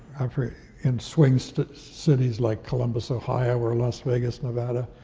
in swing so cities like columbus, ohio or las vegas, nevada,